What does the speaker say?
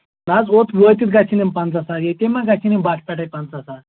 نہ حظ اوٚت وٲتِتھ گژھن یِم پنٛژاہ ساس ییٚتے مہ گژھن یِم بَٹھٕ پٮ۪ٹھَے پنٛژاہ ساس